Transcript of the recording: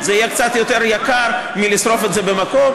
זה יהיה קצת יותר יקר מלשרוף את זה במקום,